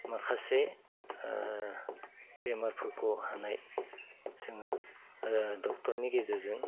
माखासे बेमारफोरखौ हानाय जोङो ड'क्टरनि गेजेरजों